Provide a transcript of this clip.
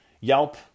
Yelp